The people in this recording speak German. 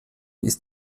ist